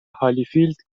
هالیفیلد